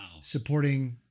supporting